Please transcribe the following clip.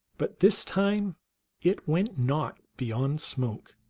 but this time it went not beyond smoke.